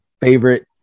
favorite